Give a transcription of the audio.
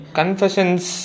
confessions